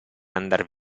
andar